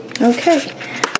Okay